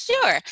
Sure